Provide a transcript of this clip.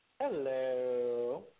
Hello